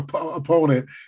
opponent